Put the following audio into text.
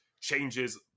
changes